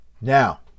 Now